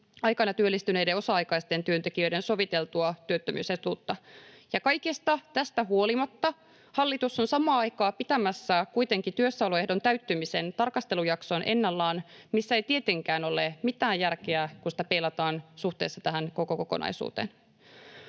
aikana työllistyneiden osa-aikaisten työntekijöiden soviteltua työttömyysetuutta. Kaikesta tästä huolimatta hallitus on samaan aikaan kuitenkin pitämässä työssäoloehdon täyttymisen tarkastelujakson ennallaan, missä ei tietenkään ole mitään järkeä, kun sitä peilataan suhteessa tähän koko kokonaisuuteen.